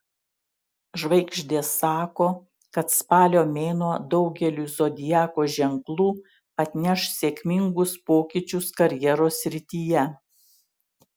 žvaigždės sako kad spalio mėnuo daugeliui zodiako ženklų atneš sėkmingus pokyčius karjeros srityje